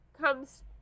comes